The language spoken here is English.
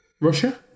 Russia